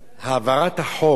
הבאת החוק היום,